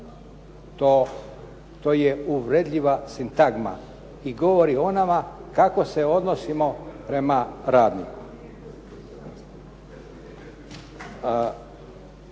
To je uvredljiva sintagma i govori o nama kako se odnosimo prema radniku.